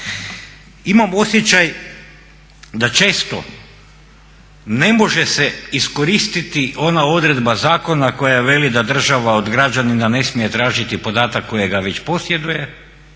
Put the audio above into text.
Imam osjećaj da često ne može se iskoristiti ona odredba zakona koja veli da država od građanina ne smije tražiti podatak kojega već posjeduje